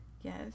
Yes